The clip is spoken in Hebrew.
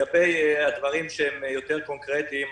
לגבי הדברים שהם יותר קונקרטיים,